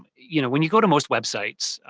you know when you go to most websites,